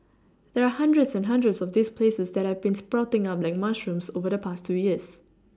there are hundreds and hundreds of these places that have been sprouting up like mushrooms over the past two years